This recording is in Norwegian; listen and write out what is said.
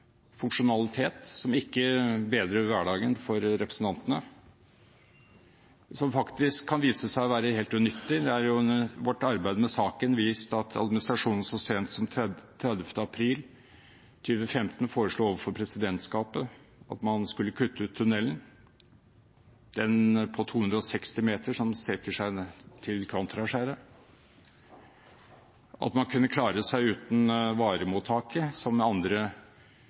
funksjonalitet, som ikke bedrer hverdagen for representantene, og som faktisk kan vise seg å være helt unyttig. Det er under vårt arbeid med saken vist at administrasjonen så sent som 30. april 2015 foreslo overfor presidentskapet at man skulle kutte ut tunnelen på 260 meter som strekker seg til Kontraskjæret, at man kunne klare seg uten varemottaket, som andre